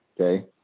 Okay